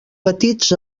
petits